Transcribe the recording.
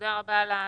תודה רבה על החידוד.